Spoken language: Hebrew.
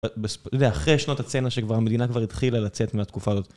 אחרי שנות הצנע שהמדינה כבר התחילה לצאת מהתקופה הזאת.